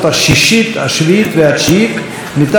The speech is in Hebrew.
השביעית והתשיעית מטעם רשימות שונות,